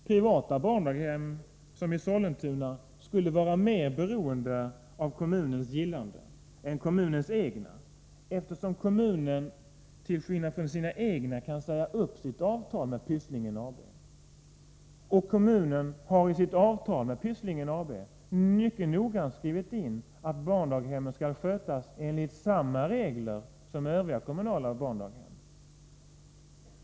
Privata barndaghem, som i Sollentuna, skulle vara mer beroende av kommunens gillande än kommunens egna daghem, eftersom kommunen -— till skillnad från vad som är fallet när det gäller kommunens egna daghem — kan säga upp sitt avtal med Pysslingen AB. Kommunen har i sitt avtal med Pysslingen AB mycket noga skrivit in att barndaghemmet skall skötas enligt samma regler som de kommunala barndaghemmen.